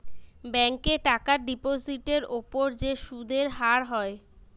ব্যাংকে টাকার ডিপোজিটের উপর যে সুদের হার হয়